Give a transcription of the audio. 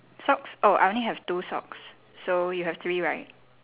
socks oh I only have two socks so you have three right